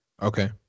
okay